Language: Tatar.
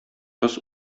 кыз